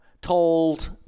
told